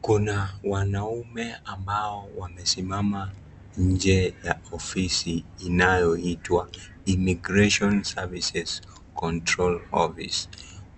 Kuna wanaume ambao wamesimama nje ya ofisi inayoitwa Immigration Services Control Office .